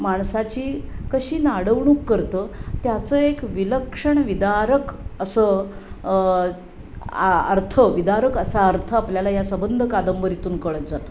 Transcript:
माणसाची कशी नाडवणूक करतं त्याचं एक विलक्षण विदारक असं आर्थ विदारक असा अर्थ आपल्याला या संबंध कादंबरीतून कळत जातो